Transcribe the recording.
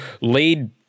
lead